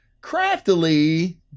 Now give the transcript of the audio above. craftily